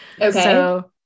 Okay